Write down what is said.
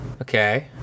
okay